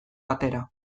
batera